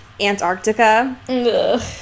antarctica